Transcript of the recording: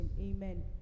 Amen